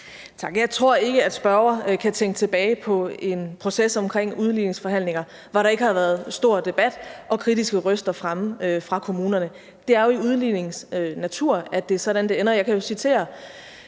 Jeg tror ikke, at spørgeren kan tænke tilbage på en proces omkring udligningsforhandlinger, hvor der ikke har været stor debat og kritiske røster fremme fra kommunerne. Det er jo udligningens natur, at det er sådan, det ender. Jeg kan jo citere